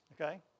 Okay